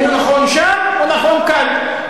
אם הוא נכון שם, הוא נכון כאן.